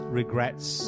regrets